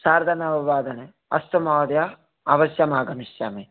सार्धनववादने अस्तु महोदय अवश्यम् आगमिष्यामि